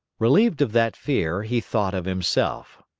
relieved of that fear, he thought of himself.